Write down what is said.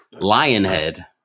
Lionhead